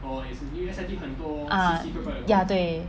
ah ya 对